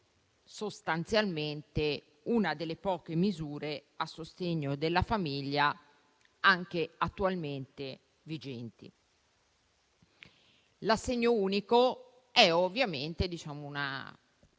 sostanzialmente una delle poche misure a sostegno della famiglia attualmente vigenti. L'assegno unico è, ovviamente, una